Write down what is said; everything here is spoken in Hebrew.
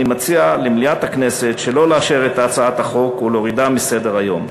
אני מציע למליאת הכנסת שלא לאשר את הצעת החוק ולהורידה מסדר-היום.